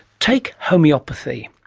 take homeopathy.